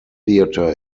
theater